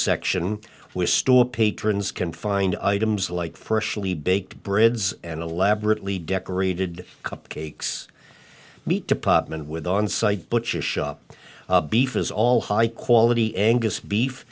section where store patrons can find items like freshly baked bread and elaborately decorated cupcakes meat department with on site but his shop beef is all high quality angus beef